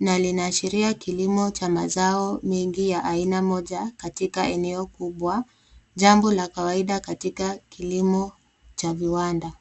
na linaashiria kilimo cha mazao mengi ya aina moja katika eneo kubwa, jambo la kawaida katika kilimo cha viwanda.